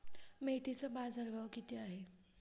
मेथीचा बाजारभाव किती आहे?